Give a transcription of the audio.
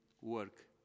work